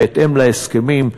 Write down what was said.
בהתאם להסכמים,